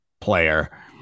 player